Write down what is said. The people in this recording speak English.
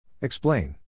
Explain